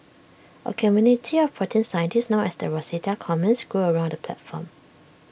A community of protein scientists known as the Rosetta Commons grew around the platform